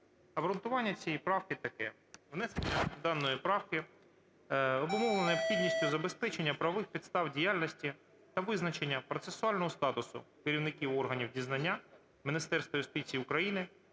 Обґрунтування цієї правки таке. Внесення даної правки обумовлене необхідністю забезпечення правових підстав діяльності та визначення процесуального статусу керівників органів дізнання Міністерства юстиції України,